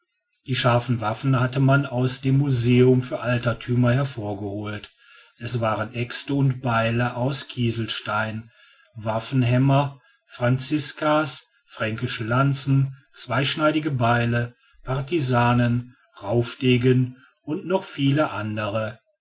die scharfen waffen hatte man aus dem museum für alterthümer hervorgeholt es waren aexte und beile aus kieselstein waffenhämmer franziskas fränkische lanzen zweischneidige beile partisanen raufdegen und noch viele andere